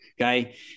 Okay